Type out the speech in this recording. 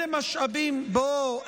בוא,